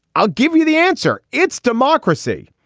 i'll give you the answer. it's democracy.